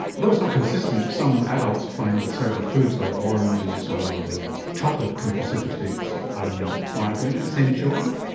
although it's not consistent, some adults find that certain foods like oranges or chocolate can precipitate migraine. the same in children?